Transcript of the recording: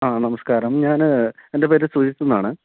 ആ നമസ്കാരം ഞാൻ എൻ്റെ പേര് സുജിത്ത് എന്നാണ്